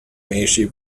meiji